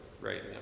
right